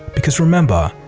because, remember,